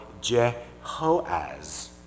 Jehoaz